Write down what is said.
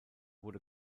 wurde